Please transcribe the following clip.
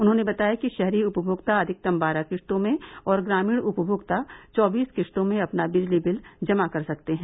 उन्होंने बताया कि शहरी उपमोक्ता अधिकतम बारह किस्तों में और ग्रामीण उपभोक्ता चौबीस किस्तों में अपना बिजली बिल जमा कर सकते है